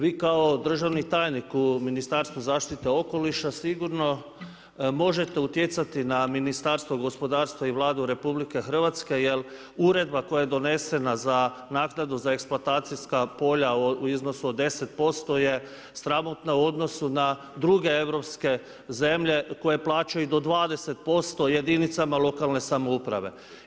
Vi kao državni tajnik u Ministarstvu zaštite okoliša, sigurno možete utjecati na Ministarstvo gospodarstva i Vladu RH, jer uredba koja je donesena za naknadu za eksploatacijska polja u iznosu od 10% je sramotna u odnosu na druge europske zemlje koje plaćaju do 20% jedinicama lokalne samouprave.